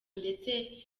ndetse